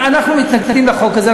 אנחנו מתנגדים לחוק הזה.